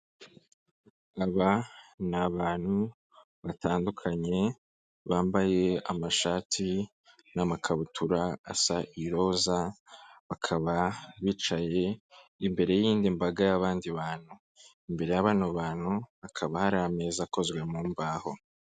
Aba ni abantu batandukanye, bambaye amashati n'amakabutura asa iroza, bakaba bicaye imbere y'iy'indi mbaga y'abandi bantu, imbere y'abano bantu hakaba hari ameza akozwe mu mbaho.